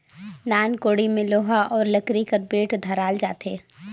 नान कोड़ी मे लोहा अउ लकरी कर बेठ धराल जाथे